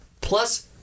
plus